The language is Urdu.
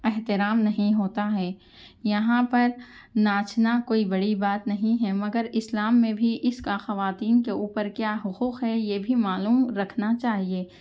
احترام نہیں ہوتا ہے یہاں پر ناچنا کوئی بڑی بات نہیں ہے مگر اسلام میں بھی اِس کا خواتین کے اوپر کیا حقوق ہے یہ بھی معلوم رکھنا چاہیے